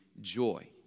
joy